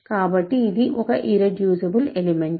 కాబట్టి ఇది ఒక ఇర్రెడ్యూసిబుల్ ఎలిమెంట్